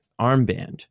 armband